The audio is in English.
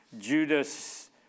Judas